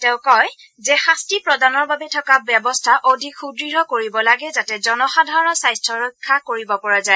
তেওঁ কয় যে শাস্তি প্ৰদানৰ বাবে থকা ব্যৱস্থা অধিক সুদৃঢ় কৰিব লাগে যাতে জনসাধাৰণৰ স্বাৰ্থ ৰক্ষা কৰিব পৰা যায়